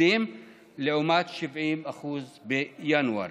עובדים לעומת 70% בינואר.